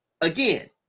again